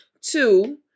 Two